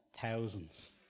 thousands